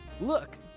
Look